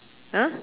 !huh!